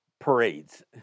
parades